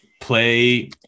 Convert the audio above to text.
play –